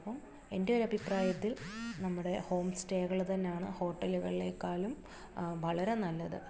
അപ്പം എൻ്റെയൊരഭിപ്രായത്തിൽ നമ്മുടെ ഹോം സ്റ്റേകൾ തന്നെയാണ് ഹോട്ടലുകളിലേക്കാളും വളരെ നല്ലത്